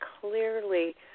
clearly